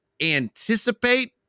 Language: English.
anticipate